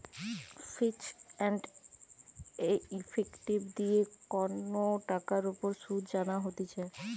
ফিচ and effective দিয়ে কন টাকার উপর শুধ জানা হতিছে